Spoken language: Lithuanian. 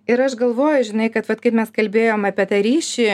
ir aš galvoju žinai kad vat kaip mes kalbėjom apie tą ryšį